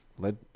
led